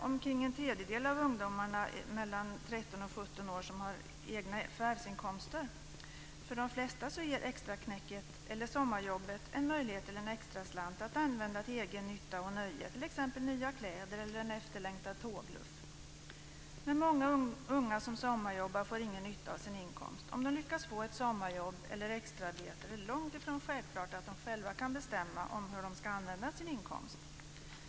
Omkring en tredjedel av ungdomarna mellan 13 och 17 år har egna förvärvsinkomster. För de flesta ger extraknäcket eller sommarjobbet en möjlighet till en extra slant att använda till egen nytta och nöje, t.ex. nya kläder eller en efterlängtad tågluff. Men många unga som sommarjobbar får ingen nytta av sin inkomst. Om de lyckas få ett sommarjobb eller ett extraarbete är det långt ifrån självklart att de själva kan bestämma hur de ska använda sin inkomst.